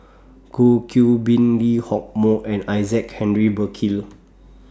Goh Qiu Bin Lee Hock Moh and Isaac Henry Burkill